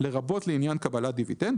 לרבות לעניין קבלת דיבידנד,